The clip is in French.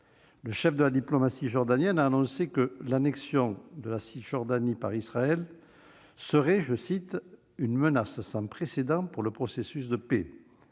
Le chef de la diplomatie jordanienne a annoncé que l'annexion de la Cisjordanie par l'Israël serait une « menace sans précédent pour le processus de paix »